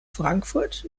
frankfurt